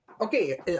Okay